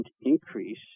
increase